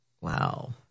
Wow